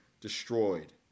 destroyed